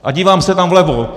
A dívám se tam vlevo.